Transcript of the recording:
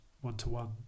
one-to-one